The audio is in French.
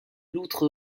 loutre